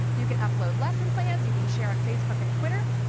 you can upload lesson plans. you can share on facebook and twitter.